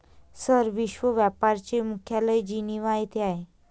sir, विश्व व्यापार चे मुख्यालय जिनिव्हा येथे आहे